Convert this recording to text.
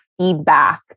feedback